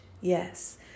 yes